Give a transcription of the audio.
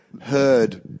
heard